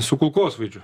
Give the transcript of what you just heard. su kulkosvaidžiu